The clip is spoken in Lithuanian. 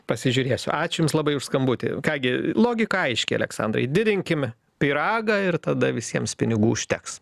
pasižiūrėsiu ačiū jums labai už skambutį ką gi logika aiški aleksandrai didinkim pyragą ir tada visiems pinigų užteks